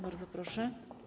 Bardzo proszę.